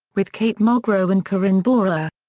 with kate mulgrew and corinne bohrer.